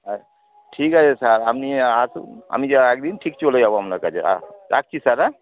আচ্ছা ঠিক আছে স্যার আপনি আসুন আমি যা একদিন ঠিক চলে যাব আপনার কাছে হ্যাঁ রাখছি স্যার হ্যাঁ